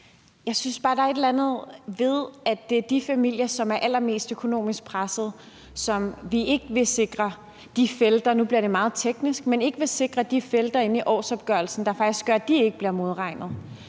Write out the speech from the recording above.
Jeg synes bare, der er et eller andet i, at det er de familier, der er allermest økonomisk pressede, som vi ikke vil sikre de felter – og nu bliver det meget teknisk – i årsopgørelsen, der faktisk gør, at de ikke bliver modregnet.